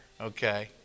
okay